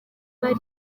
bari